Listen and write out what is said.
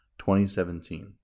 2017